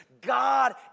God